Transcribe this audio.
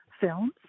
Films